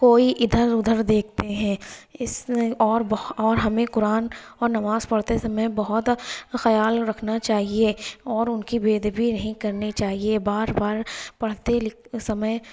کوئی ادھر ادھر دیکھتے ہیں اس اور بہت اور ہمیں قرآن اور نماز پڑھتے سمے بہت خیال رکھنا چاہیے اور ان کی بے ادبی نہیں کرنی چاہیے بار بار پڑھتے لکھتے سمے